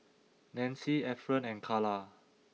Nancie Efren and Kala